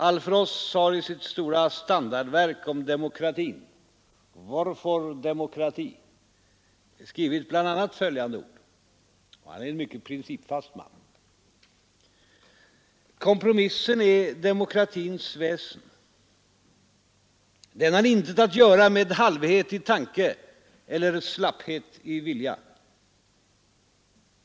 Alf Ross har i sitt stora standardverk om demokratin ”Varför demokrati?” — och han är en mycket principfast man — skrivit bl.a. följande ord: ”Kompromissen är demokratins väsen.” Den har ”intet att göra med halvhet i tanke eller slapphet i vilja.